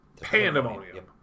Pandemonium